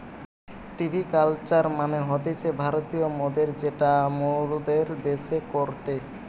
ভিটি culture মানে হতিছে ভারতীয় মদের চাষ যেটা মোরদের দ্যাশে করেটে